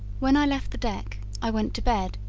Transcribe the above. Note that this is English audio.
when i left the deck i went to bed,